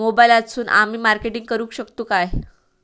मोबाईलातसून आमी मार्केटिंग करूक शकतू काय?